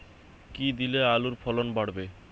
কী দিলে আলুর ফলন বাড়বে?